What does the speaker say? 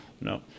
no